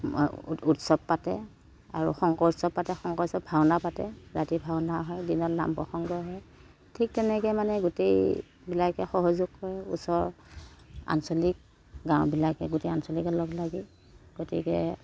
উৎসৱ পাতে আৰু শংকৰ উৎসৱ পাতে শংকৰ উৎসৱ ভাওনা পাতে ৰাতি ভাওনা হয় দিনত নাম প্ৰসঙ্গ হয় ঠিক তেনেকৈ মানে গোটেইবিলাকে সহযোগ কৰে ওচৰৰ আঞ্চলিক গাঁওবিলাকে গোটেই আঞ্চলিকে লগলাগি গতিকে